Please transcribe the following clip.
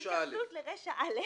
התייחסות לרישה א'.